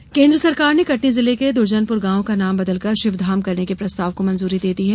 नाम परिवर्तन केन्द्र सरकार ने कटनी जिले के द्र्जनपुर गांव का नाम बदलकर शिवधाम करने के प्रस्ताव को मंजूरी दे दी है